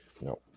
No